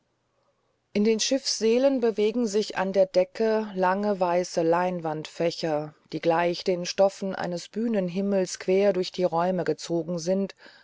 in den schiffssälen bewegen sich an der decke lange weiße leinwandfächer die gleich den stoffen eines bühnenhimmels quer durch die räume gezogen sind